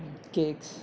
cakes